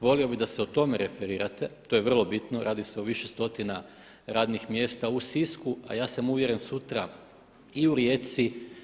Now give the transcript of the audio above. Volio bih da se o tome referirate, to je vrlo bitno, radi se o više stotina radnih mjesta u Sisku a ja sam uvjeren sutra i u Rijeci.